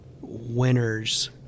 Winner's